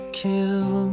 kill